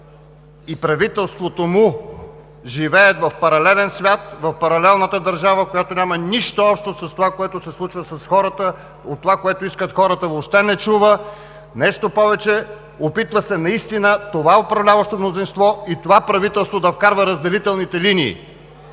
и правителството му живеят в паралелен свят, в паралелната държава, която няма нищо общо с това, което се случва с хората, от това, което искат хората, въобще не чува. Нещо повече – опитва се наистина това управляващо мнозинство и това правителство да вкарва разделителните линии.